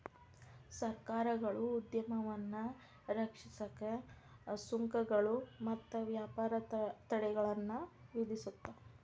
ಸರ್ಕಾರಗಳು ಉದ್ಯಮವನ್ನ ರಕ್ಷಿಸಕ ಸುಂಕಗಳು ಮತ್ತ ವ್ಯಾಪಾರ ತಡೆಗಳನ್ನ ವಿಧಿಸುತ್ತ